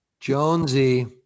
Jonesy